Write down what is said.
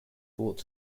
thought